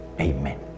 Amen